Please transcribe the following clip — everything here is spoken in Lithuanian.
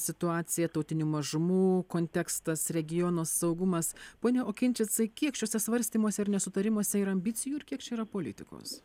situacija tautinių mažumų kontekstas regiono saugumas pone okinčicai kiek šiuose svarstymuose ir nesutarimuose yra ambicijų ir kiek čia yra politikos